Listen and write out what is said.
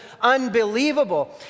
unbelievable